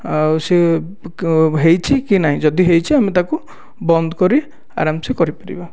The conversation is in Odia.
ଆଉ ସେ ହେଇଛି କି ନାହିଁ ଯଦି ହେଇଛି ଆମେ ତାକୁ ବନ୍ଦ କରି ଅରାମସେ କରିପାରିବା